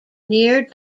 near